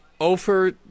over